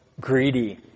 greedy